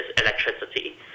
electricity